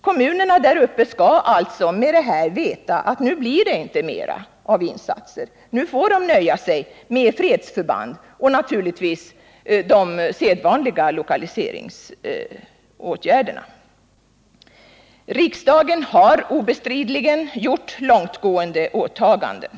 Kommunerna där uppe skall alltså veta att nu blir det inte mer av insatser, nu får de nöja sig med fredsförband och de sedvanliga lokaliseringsåtgärderna. Riksdagen har obestridligen gjort långtgående åtaganden.